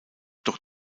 doch